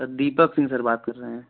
sir Deepak Singh sir बात कर रहे हैं